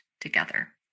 together